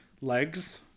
legs